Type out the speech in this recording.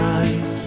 eyes